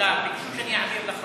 שלה ביקשו להעביר לך